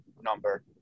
number